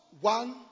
one